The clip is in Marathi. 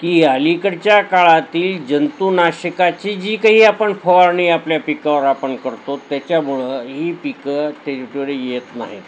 की अलीकडच्या काळातील जंतुनाशकाची जी काही आपण फवारणी आपल्या पिकावर आपण करतो त्याच्यामुळं ही पिकं टेरिटोरी येत नाहीत